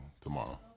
tomorrow